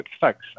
Thanks